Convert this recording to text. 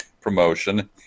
promotion